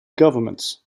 governments